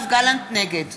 נגד